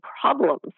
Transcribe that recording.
problems